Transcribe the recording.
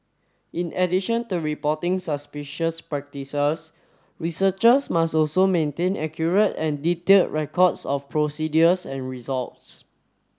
in addition to reporting suspicious practices researchers must also maintain accurate and detailed records of procedures and results